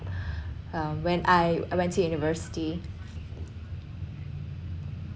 uh when I went to university